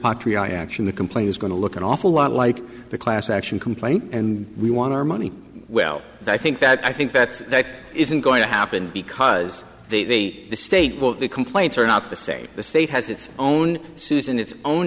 patriarca action the complaint is going to look an awful lot like the class action complaint and we want our money well i think that i think that that isn't going to happen because they the state will the complaints are not the same the state has its own susan its own